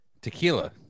Tequila